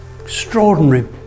extraordinary